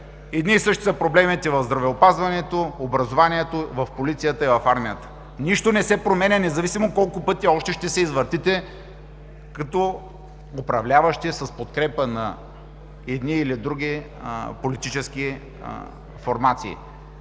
едни и същи са проблемите в здравеопазването, в образованието, в полицията и в армията. Нищо не се променя, независимо колко пъти още ще се извъртите като управляващи с подкрепа на едни или други политически формации.